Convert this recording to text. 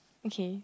okay